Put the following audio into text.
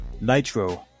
Nitro